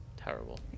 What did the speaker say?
Terrible